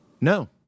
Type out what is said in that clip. no